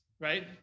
right